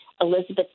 Elizabeth